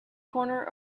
corner